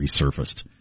Resurfaced